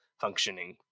functioning